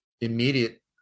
immediate